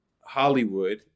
Hollywood